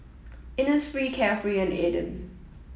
Innisfree Carefree and Aden